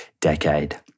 decade